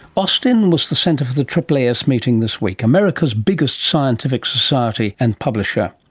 austin was the centre for the aaas meeting this week, america's biggest scientific society and publisher.